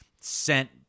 sent